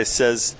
says